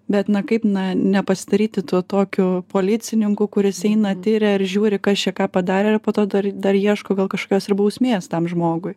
bet na kaip na nepasidaryti tuo tokiu policininku kuris eina tiria ir žiūri kas čia ką padarė ir po to dar dar ieško gal kažkokios ir bausmės tam žmogui